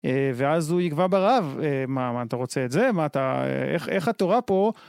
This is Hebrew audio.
ואז הוא יגווע ברעב, מה אתה רוצה את זה, מה אתה, איך התורה פה